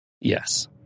Yes